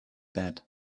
that